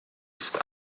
ist